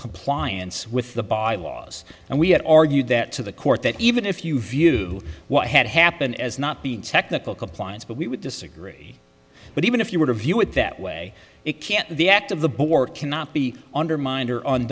compliance with the bylaws and we have argued that to the court that even if you view what had happened as not being technical compliance but we would disagree but even if you were to view it that way it can't the act of the board cannot be undermined or on